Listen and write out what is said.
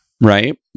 right